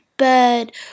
bird